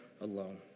alone